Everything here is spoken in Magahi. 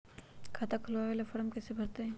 खाता खोलबाबे ला फरम कैसे भरतई?